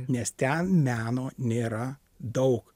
nes ten meno nėra daug